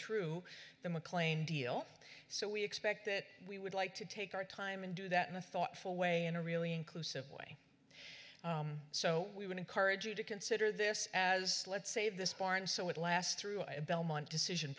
through the mclane deal so we expect that we would like to take our time and do that in a thoughtful way in a really inclusive way so we would encourage you to consider this as let's save this boring so it lasts through a belmont decision